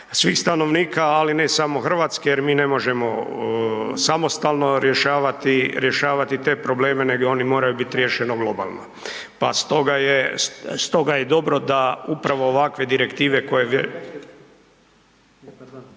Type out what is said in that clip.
svih stanovnika ali ne samo Hrvatske jer mi ne možemo samostalno rješavati te probleme nego oni moraju biti riješeno globalno. Pa stoga je dobro da upravo ovakve direktive koje,